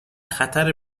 خطر